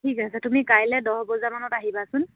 ঠিক আছে তুমি কাইলে দহ বজাৰ মানত আহিবাচোন